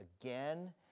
again